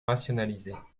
rationalisées